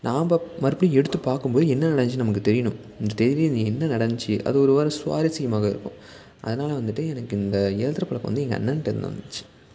நாம் மறுபடி எடுத்து பார்க்கும்போது என்ன நடந்துச்சுன்னு நமக்கு தெரியணும் இந்த தேதி இது என்ன நடந்துச்சு அது ஒரு மாதிரி சுவாரஸ்யமாக இருக்கும் அதனால் வந்துட்டு எனக்கு இந்த எழுதுற பழக்கம் வந்து எங்கள் அண்ணன்கிட்டேருந்து தான் வந்துச்சு